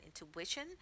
Intuition